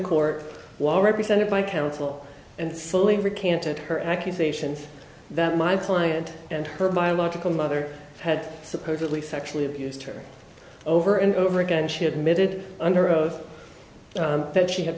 court while represented by counsel and slowly recanted her accusations that my client and her biological mother had supposedly sexually abused her over and over again she admitted under oath that she had